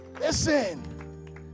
Listen